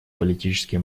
политические